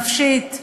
נפשית,